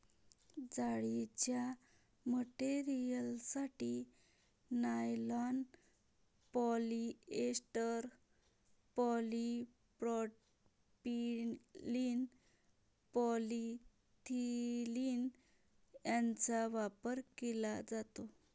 जाळीच्या मटेरियलसाठी nylon, polyester, polypropylene, polyethylene यांचा वापर केला जातो